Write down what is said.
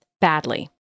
badly